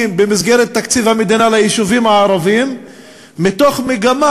במסגרת תקציב המדינה ליישובים הערביים מתוך מגמה,